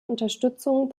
unterstützung